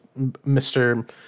Mr